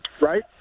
right